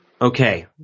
Okay